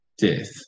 death